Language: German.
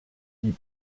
die